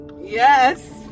yes